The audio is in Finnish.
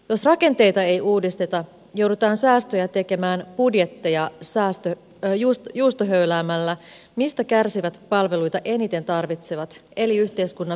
jos rakenteita ei uudisteta joudutaan säästöjä tekemään budjetteja juustohöyläämällä mistä kärsivät palveluita eniten tarvitsevat eli yhteiskunnan pienituloisimmat